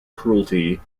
cruelty